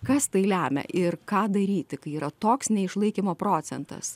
kas tai lemia ir ką daryti kai yra toks neišlaikymo procentas